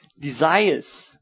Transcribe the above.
desires